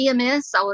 EMS